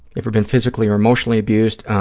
ever been physically or emotionally abused?